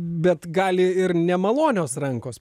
bet gali ir nemalonios rankos